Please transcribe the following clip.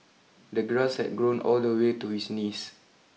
the grass had grown all the way to his knees